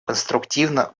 конструктивно